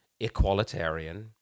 equalitarian